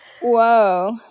Whoa